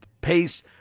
pace